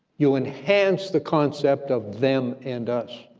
you enhance the concept of them and us,